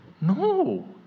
no